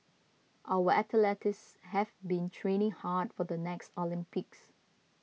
our athletes have been training hard for the next Olympics